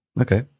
Okay